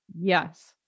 Yes